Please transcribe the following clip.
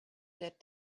that